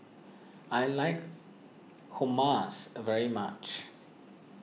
I like Hummus very much